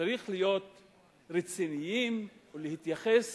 צריך להיות רציניים ולהתייחס